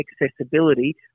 accessibility